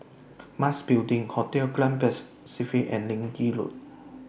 Mas Building Hotel Grand and Leng Kee Road